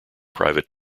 private